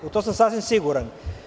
U to sam sasvim siguran.